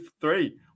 three